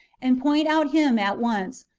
and point out him at once,